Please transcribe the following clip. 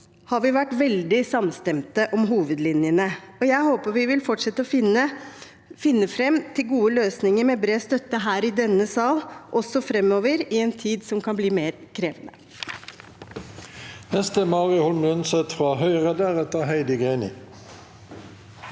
har vi vært veldig samstemte om hovedlinjene. Jeg håper vi vil fortsette å finne fram til gode løsninger, med bred støtte her i denne sal. også framover i en tid som kan bli mer krevende.